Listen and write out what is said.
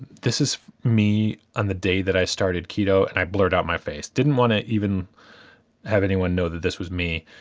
this is me on the day that i started keto, and i blurred out my face. didn't want to even have anyone know that this was me.